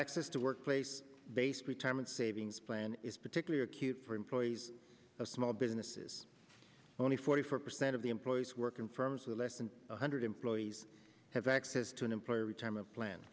access to workplace based retirement savings plan is particularly acute for employees of small businesses only forty four percent of the employees work in firms with less than one hundred employees have access to an employer retirement plan